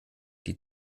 die